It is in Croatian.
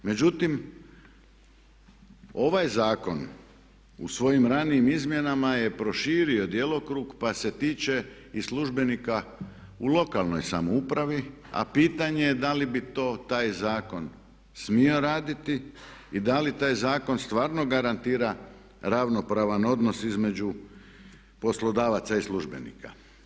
Međutim, ovaj zakon u svojim ranijim izmjenama je proširio djelokrug pa se tiče i službenika u lokalnoj samoupravi a pitanje je da li bi to taj zakon smio raditi i da li taj zakon stvarno garantira ravnopravan odnos između poslodavaca i službenika.